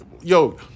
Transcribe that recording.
Yo